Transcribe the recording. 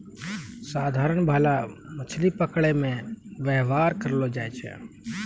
साधारण भाला मछली पकड़ै मे वेवहार करलो जाय छै